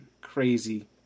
crazy